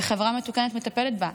וחברה מתוקנת מטפלת בה.